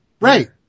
right